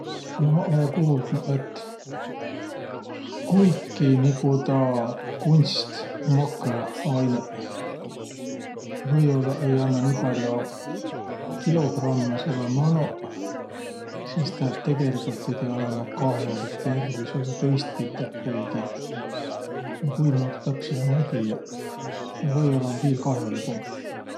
No maq olõ kuuldnuq, et kuiki nigu taa kunstmakõainõq või-ollaq ei annaq nii pall'o kilogrammõ sullõ manoq, sis tä tegeligult pidi olõma kah'olik tervüsele tõistpiteh kuigiq. Kuimuudu täpsähe, ma ei tiiäq. Või-ollaq um viil kah'oligumb.